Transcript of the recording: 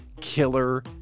killer